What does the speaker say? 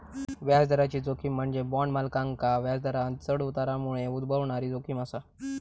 व्याजदराची जोखीम म्हणजे बॉण्ड मालकांका व्याजदरांत चढ उतारामुळे उद्भवणारी जोखीम असा